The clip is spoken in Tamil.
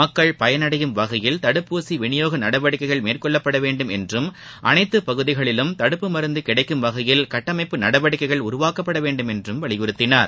மக்கள் பயனடையும் வகையில் தடுப்பூசி விநியோக நடவடிக்கைகள் மேற்னொள்ளப்பட வேண்டும் என்றும் அனைத்து பகுதிகளிலும் தடுப்பு மருந்தை கிளடக்கும் வகையில் கட்டமைப்பு நடவடிக்கைகள் உருவாக்கப்பட வேண்டும் என்றும் வலியுறுத்தினார்